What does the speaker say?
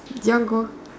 do you want go